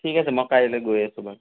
ঠিক আছে মই কাইলৈ গৈ আছোঁ বাৰু